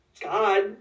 God